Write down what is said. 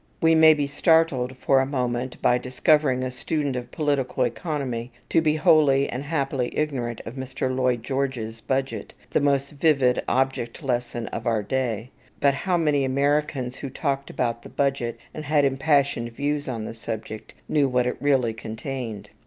we may be startled for a moment by discovering a student of political economy to be wholly and happily ignorant of mr. lloyd-george's budget, the most vivid object-lesson of our day but how many americans who talked about the budget, and had impassioned views on the subject, knew what it really contained?